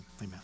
amen